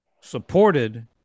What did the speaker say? supported